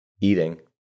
eating